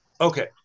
Okay